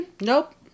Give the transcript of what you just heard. nope